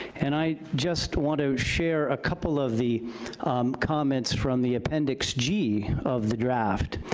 and i just want to share a couple of the comments from the appendix g of the draft.